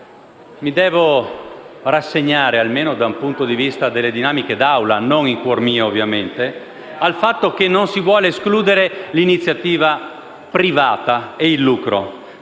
mi devo rassegnare, almeno dal punto di vista delle dinamiche d'Aula (non in cuor mio, ovviamente), al fatto che non si vuole escludere l'iniziativa privata e il lucro.